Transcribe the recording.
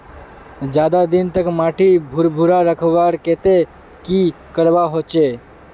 ज्यादा दिन तक माटी भुर्भुरा रखवार केते की करवा होचए?